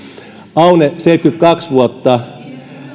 aune seitsemänkymmentäkaksi vuotta